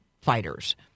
fighters